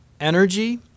Energy